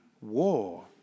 war